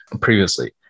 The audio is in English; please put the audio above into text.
previously